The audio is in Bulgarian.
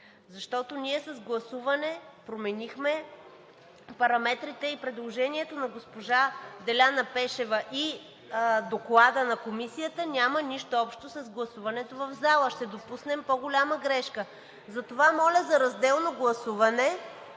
Защото ние с гласуване променихме параметрите и предложението на госпожа Деляна Пешева и Докладът на Комисията няма нищо общо с гласуването в залата. Ще допуснем по-голяма грешка. Затова, моля за разделно гласуване